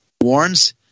warns